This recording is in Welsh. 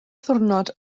ddiwrnod